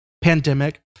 pandemic